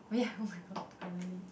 [oh ya oh my god finally